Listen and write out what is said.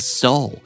soul